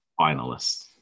finalists